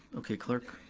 okay, clerk.